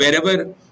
wherever